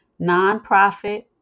Nonprofit